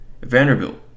Vanderbilt